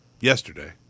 Yesterday